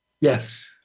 Yes